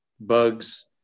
bugs